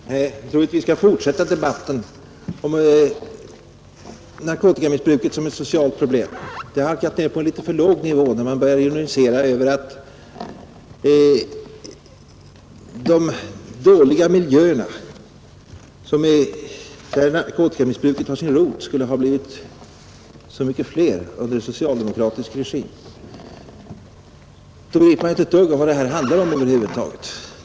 Fru talman! Jag tror inte att vi skall fortsätta debatten om narkotikamissbruket som ett socialt problem. Den har halkat ner på litet för låg nivå. När man börjar ironisera över att de dåliga miljöerna, där narkotikamissbruket har sin rot, skulle ha blivit så många fler under socialdemokratisk regim, så vet man inte ett dugg vad det här över huvud taget handlar om.